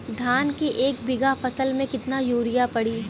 धान के एक बिघा फसल मे कितना यूरिया पड़ी?